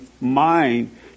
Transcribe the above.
mind